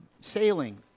sailing